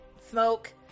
smoke